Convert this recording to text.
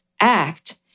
act